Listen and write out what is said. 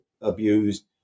abused